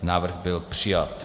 Návrh byl přijat.